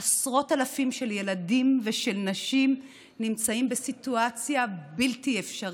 עשרות אלפים של ילדים ונשים נמצאים בסיטואציה בלתי אפשרית,